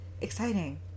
exciting